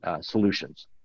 solutions